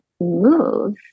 move